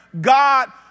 God